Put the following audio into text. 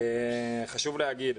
חשוב להגיד,